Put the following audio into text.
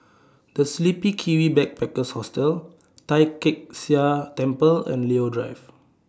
The Sleepy Kiwi Backpackers Hostel Tai Kak Seah Temple and Leo Drive